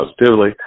positively